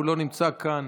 שלא נמצא כאן,